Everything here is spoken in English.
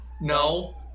no